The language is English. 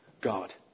God